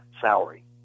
salary